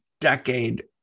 decade